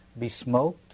besmoked